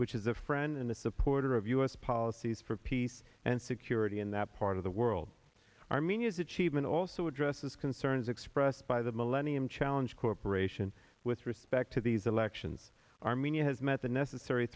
which is a friend and a supporter of u s policies for peace and security in that part of the world armenia's achievement also addresses concerns expressed by the millennium challenge corporation with respect to these elections armenia has met the necessary